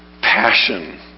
passion